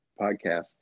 podcast